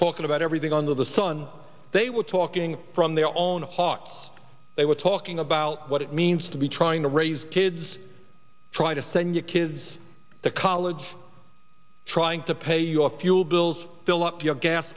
talking about everything under the sun they were talking from their own hocked they were talking about what it means to be trying to raise kids try to send your kids to college trying to pay your fuel bills fill up your gas